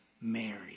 Mary